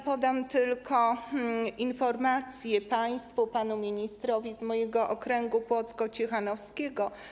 Podam tylko informację państwu, panu ministrowi z mojego okręgu płocko-ciechanowskiego.